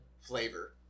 flavor